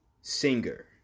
singer